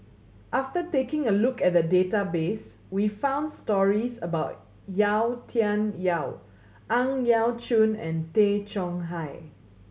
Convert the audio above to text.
after taking a look at the database we found stories about Yau Tian Yau Ang Yau Choon and Tay Chong Hai